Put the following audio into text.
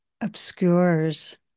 obscures